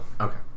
Okay